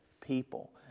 people